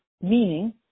Meaning